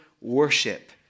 worship